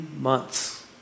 months